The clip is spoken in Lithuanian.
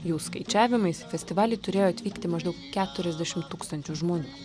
jų skaičiavimais į festivalį turėjo atvykti maždaug keturiasdešimt tūkstančių žmonių